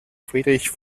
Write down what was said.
friedrich